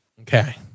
Okay